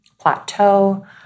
plateau